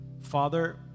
Father